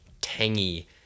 tangy